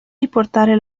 riportare